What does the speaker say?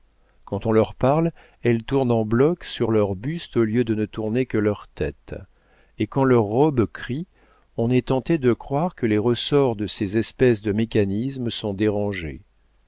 quand on leur parle elles tournent en bloc sur leur buste au lieu de ne tourner que leur tête et quand leurs robes crient on est tenté de croire que les ressorts de ces espèces de mécanismes sont dérangés